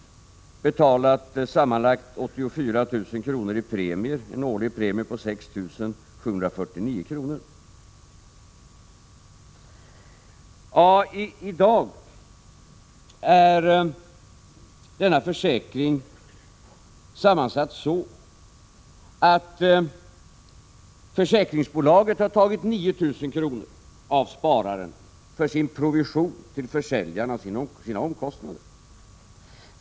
Vederbörande hade betalat sammanlagt 84 000 kr. i premie genom en årlig premie på 6 749 kr. I dag är denna försäkring sammansatt så att försäkringsbolaget har tagit 9 000 kr. av spararen för sin provision till försäljaren och för sina omkostnader.